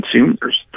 consumers